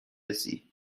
رسی